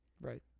Right